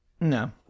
No